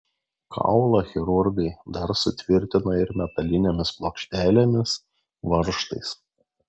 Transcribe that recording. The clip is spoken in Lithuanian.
kaulą chirurgai dar sutvirtino ir metalinėmis plokštelėmis varžtais